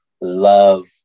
love